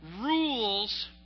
rules